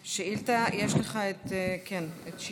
כן, יש לך 60